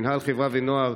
מינהל חברה ונוער,